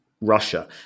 Russia